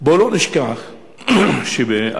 בוא לא נשכח שב-2002,